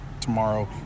tomorrow